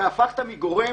אתה הפכת מגורם